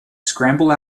scramble